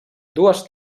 dues